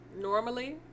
Normally